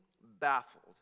baffled